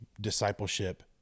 discipleship